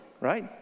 Right